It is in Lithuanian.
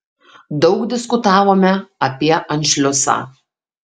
daug diskutavome apie anšliusą